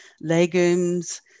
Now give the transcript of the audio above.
legumes